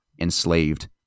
enslaved